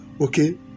okay